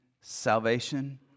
salvation